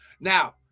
Now